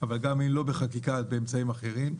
אבל אם לא בחקיקה אז לפחות באמצעים אחרים.